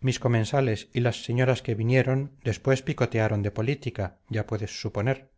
mis comensales y las señoras que vinieron después picotearon de política ya puedes suponer